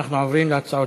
נעבור להצעות